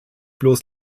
bloß